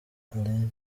alain